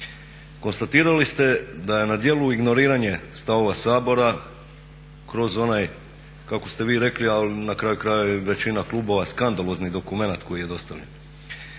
konstatirali ste da je na djelu ignoriranje stavova Sabora kroz onaj kako ste vi rekli, ali na kraju krajeva i većina klubova skandalozni dokumenat koji je dostavljen.